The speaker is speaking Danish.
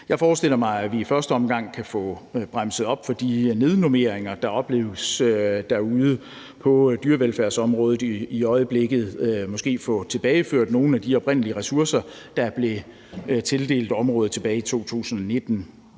Jeg forestiller mig, at vi i første omgang kan få bremset op for de nednormeringer, der opleves derude på dyrevelfærdsområdet i øjeblikket, og måske få tilbageført nogle af de oprindelige ressourcer, der blev tildelt området tilbage i 2019.